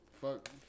Fuck